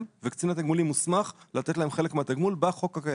וקצין התגמולים הוסמך לתת להם חלק מהתגמול בחוק הקיים,